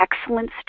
excellence